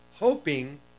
Hoping